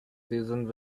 seasoned